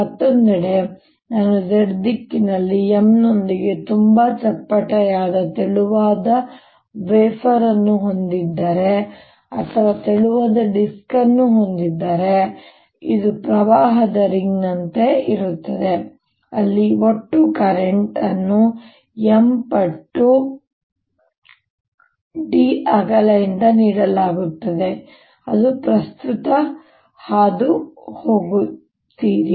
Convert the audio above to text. ಮತ್ತೊಂದೆಡೆ ನಾನು z ದಿಕ್ಕಿನಲ್ಲಿ M ನೊಂದಿಗೆ ತುಂಬಾ ಚಪ್ಪಟೆಯಾದ ತೆಳುವಾದ ವೇಫರ್ ಅನ್ನು ಹೊಂದಿದ್ದರೆ ಅಥವಾ ತೆಳುವಾದ ಡಿಸ್ಕ್ ಅನ್ನು ಹೊಂದಿದ್ದರೆ ಇದು ಪ್ರವಾಹದ ರಿಂಗ್ನಂತೆ ಇರುತ್ತದೆ ಅಲ್ಲಿ ಒಟ್ಟು ಕರೆಂಟ್ ಅನ್ನು M ಪಟ್ಟು ಈ ಅಗಲ d ಯಿಂದ ನೀಡಲಾಗುತ್ತದೆ ಅದು ಪ್ರಸ್ತುತ ಹಾದು ಹೋಗುತ್ತಿರಿ